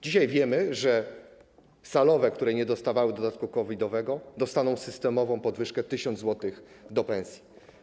Dzisiaj wiemy, że salowe, które nie dostawały dodatku COVID-owego, dostaną systemową podwyżkę 1 tys. zł do pensji.